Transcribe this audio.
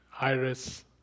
Iris